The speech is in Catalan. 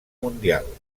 mundial